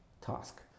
task